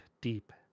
deep